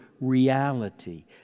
reality